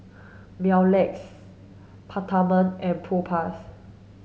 Mepilex Peptamen and Propass